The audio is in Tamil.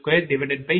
21